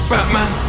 Batman